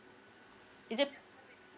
is it